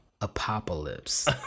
Apocalypse